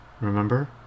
Remember